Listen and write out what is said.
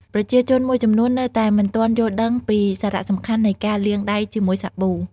ប្រជាជនមួយចំនួននៅតែមិនទាន់យល់ដឹងពីសារៈសំខាន់នៃការលាងដៃជាមួយសាប៊ូ។